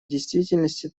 действительности